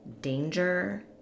danger